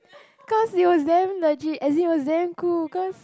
cause it was damn legit as it was damn cool cause